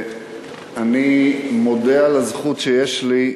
אני מודה על הזכות שיש לי,